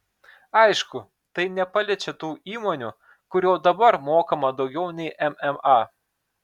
aišku tai nepaliečia tų įmonių kur jau dabar mokama daugiau nei mma